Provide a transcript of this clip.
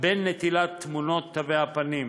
בין נטילת תמונות תווי הפנים.